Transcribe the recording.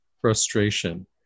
frustration